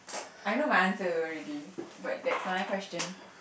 I know my answer already but that's not my question